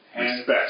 Respect